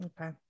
Okay